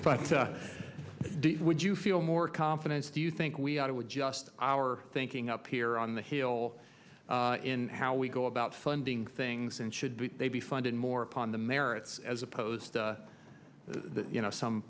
but would you feel more confidence do you think we ought to adjust our thinking up here on the hill in how we go about funding things and should they be funded more upon the merits as opposed to you know some